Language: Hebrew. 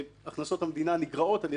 שהכנסות המדינה נגרעות על-ידי גוף